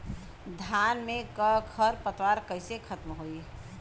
धान में क खर पतवार कईसे खत्म होई?